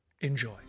Enjoy